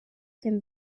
dem